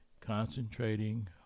concentrating